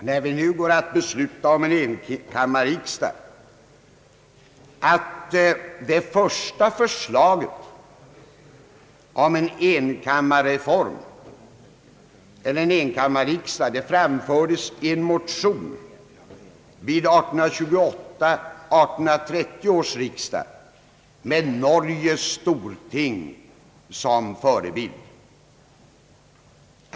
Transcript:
När vi nu går att besluta om en enkammarriksdag vill jag även erinra om att det första förslaget om en enkammarriksdag framfördes i en motion vid 1828—1830 års riksdag med Norges storting som förebild.